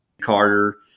Carter